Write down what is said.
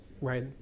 Right